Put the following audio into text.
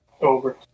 Over